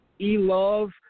E-Love